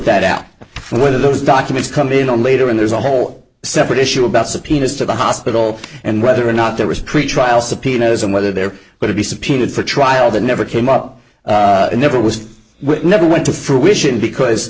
that out for those documents coming on later and there's a whole separate issue about subpoenas to the hospital and whether or not there was pretrial subpoenas and whether they're going to be subpoenaed for trial that never came up and never was never went to fruition because